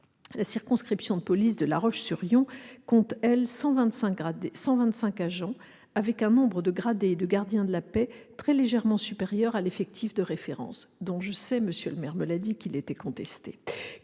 La circonscription de police de La Roche-sur-Yon compte, elle, 125 agents, avec un nombre de gradés et de gardiens de la paix très légèrement supérieur à l'effectif de référence, dont je sais- M. le maire me l'a dit -qu'il est contesté.